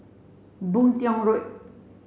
Boon Tiong Road